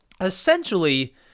Essentially